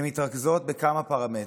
הן מתרכזות בכמה פרמטרים.